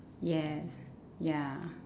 yes ya